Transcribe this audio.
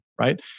right